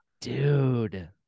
Dude